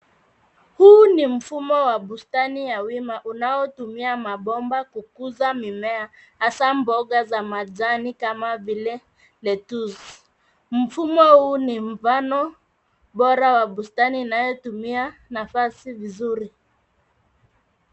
Huu ni mfumo wa bustani ya wima unaotumia mabomba kukuza mimea hasa mboga za majani kama vile lettuce . Mfumo huu ni mfano bora wa bustani inayotumia nafasi vizuri.